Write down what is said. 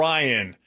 Ryan